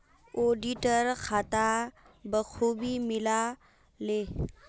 auditor खाता बखूबी मिला ले